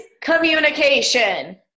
Communication